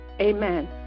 amen